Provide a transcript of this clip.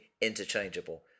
interchangeable